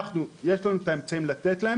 אני יודע שגם את היית רוצה שזה יהיה יותר מזה,